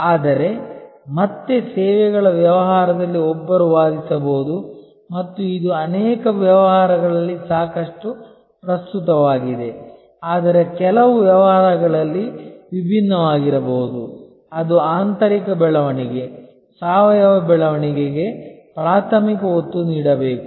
ಆದರೆ ಮತ್ತೆ ಸೇವೆಗಳ ವ್ಯವಹಾರದಲ್ಲಿ ಒಬ್ಬರು ವಾದಿಸಬಹುದು ಮತ್ತು ಇದು ಅನೇಕ ವ್ಯವಹಾರಗಳಲ್ಲಿ ಸಾಕಷ್ಟು ಪ್ರಸ್ತುತವಾಗಿದೆ ಆದರೆ ಕೆಲವು ವ್ಯವಹಾರಗಳಲ್ಲಿ ವಿಭಿನ್ನವಾಗಿರಬಹುದು ಅದು ಆಂತರಿಕ ಬೆಳವಣಿಗೆ ಸಾವಯವ ಬೆಳವಣಿಗೆಗೆ ಪ್ರಾಥಮಿಕ ಒತ್ತು ನೀಡಬೇಕು